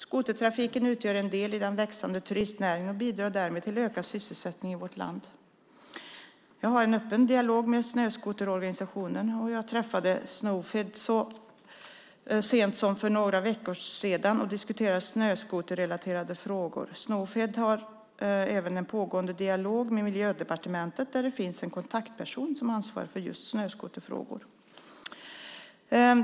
Skotertrafiken utgör en del i den växande turistnäringen och bidrar därmed till ökad sysselsättning i vårt land. Jag har en öppen dialog med snöskoterorganisationerna. Jag träffade Snofed så sent som för några veckor sedan och diskuterade snöskoterrelaterade frågor. Snofed har även en pågående dialog med Miljödepartementet där det finns en kontaktperson som ansvarar för just snöskoterfrågor.